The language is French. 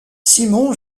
simon